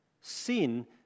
sin